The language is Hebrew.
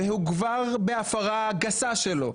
והוא כבר בהפרה גסה שלו,